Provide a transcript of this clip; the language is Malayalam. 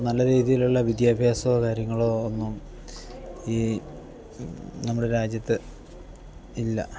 നല്ല രീതിയിലുള്ള വിദ്യാഭ്യാസമോ കാര്യങ്ങളോ ഒന്നും ഈ നമ്മുടെ രാജ്യത്ത് ഇല്ല